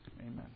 Amen